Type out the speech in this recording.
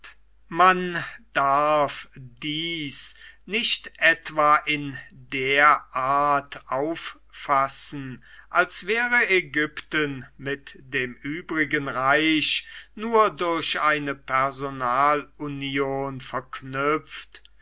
man darf dies nicht etwa in der art auffassen als wäre ägypten mit dem übrigen reich nur durch eine personalunion verknüpft